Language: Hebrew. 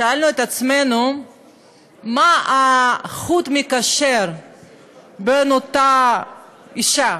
שאלנו את עצמנו מה החוט המקשר בין אותה אישה